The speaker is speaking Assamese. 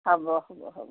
হ'ব হ'ব হ'ব